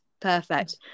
perfect